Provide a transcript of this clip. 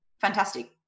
fantastic